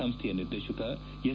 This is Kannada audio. ಸಂಸ್ಥೆಯ ನಿರ್ದೇಶಕ ಎಸ್